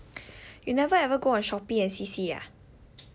you never ever go on Shopee and see see ah